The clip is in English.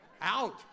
Out